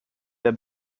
der